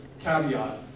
caveat